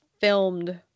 filmed